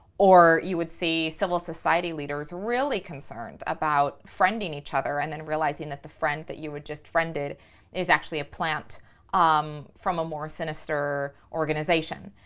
or you would see civil society leaders really concerned about friending each other and then realizing that the friend that you had just friended is actually a plant um from a more sinister organization.